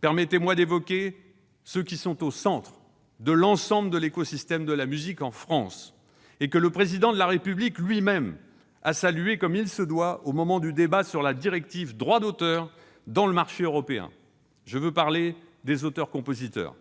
permettez-moi d'évoquer ceux qui sont au centre de l'ensemble de l'écosystème de la musique en France et que le Président de la République lui-même a salués comme il se doit au moment du débat sur la directive Droit d'auteur dans le marché européen : je veux parler des auteurs-compositeurs.